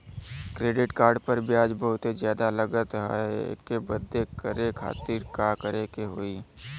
Credit card पर ब्याज बहुते ज्यादा लगत ह एके बंद करे खातिर का करे के होई?